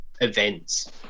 events